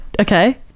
okay